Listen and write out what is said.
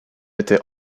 été